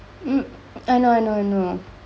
mm I know I know I know